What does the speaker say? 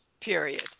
period